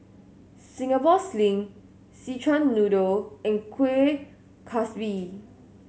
Singapore Sling Szechuan Noodle and Kueh Kaswi